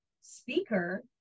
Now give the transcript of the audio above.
speaker